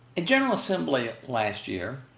in general assembly last year,